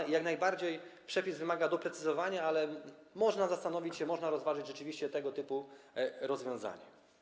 I jak najbardziej przepis wymaga doprecyzowania, ale można zastanowić się, można rozważyć rzeczywiście tego typu rozwiązanie.